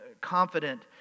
confident